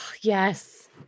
Yes